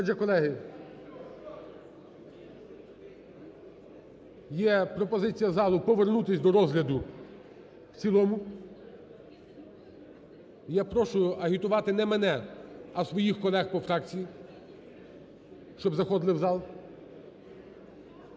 Отже, колеги, є пропозиція залу повернутись до розгляду в цілому. Я прошу агітувати не мене, а своїх колег по фракції, щоб заходили в зал.